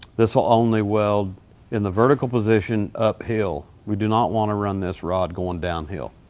this will only weld in the vertical position uphill. we do not want to run this rod going downhill.